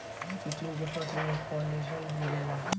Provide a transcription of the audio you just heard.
chitin के फसल में कोलेजन मिलेला